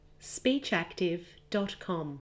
Speechactive.com